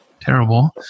Terrible